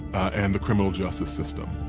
and the criminal-justice system.